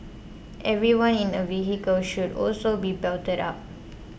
everyone in a vehicle should also be belted up